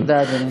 תודה, אדוני.